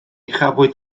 chafwyd